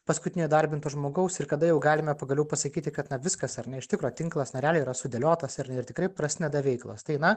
paskutinio įdarbinto žmogaus ir kada jau galime pagaliau pasakyti kad na viskas ar ne iš tikro tinklas na realiai yra sudėliotas ir ir tikrai prasideda veiklos tai na